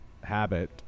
habit